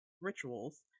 rituals